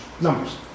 numbers